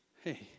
Hey